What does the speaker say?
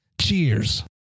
Cheers